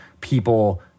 people